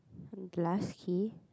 glass key